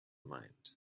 mind